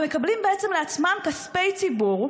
מקבלים בעצם לעצמם כספי ציבור,